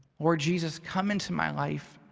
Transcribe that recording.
lord jesus come into my life.